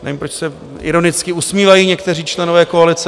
Nevím, proč se ironicky usmívají někteří členové koalice.